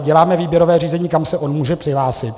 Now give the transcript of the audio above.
Děláme výběrové řízení, kam se on může přihlásit.